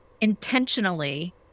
intentionally